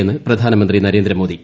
യെന്ന് പ്രധാനമന്ത്രി നരേന്ദ്ര മോദി